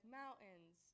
mountains